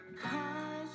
high